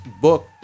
book